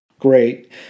Great